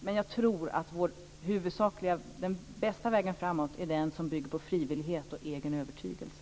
Men jag tror att den bästa vägen framåt är den som bygger på frivillighet och egen övertygelse.